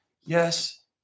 yes